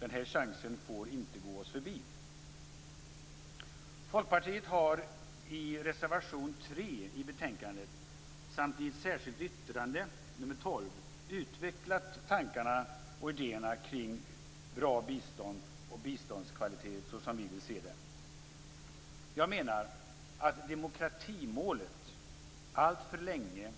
Den chansen får inte gå oss förbi. Folkpartiet har i reservation 3 i betänkandet samt i ett särskilt yttrande, nr 12, utvecklat tankarna och idéerna kring ett bra bistånd och en god biståndskvalitet, såsom vi vill se det. Jag menar att demokratimålet alltför länge